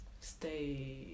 Stay